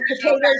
potatoes